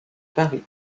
paris